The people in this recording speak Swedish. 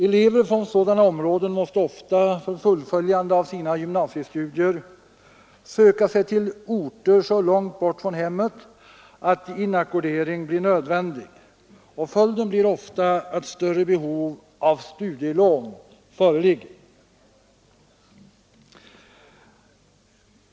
Elever från sådana områden måste ofta för fullföljande av sina gymnasiestudier söka sig till orter så långt från hemmet att inackordering blir nödvändig. Följden blir ofta att ett större behov av studielån föreligger.